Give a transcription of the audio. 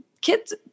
kids